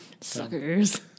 Suckers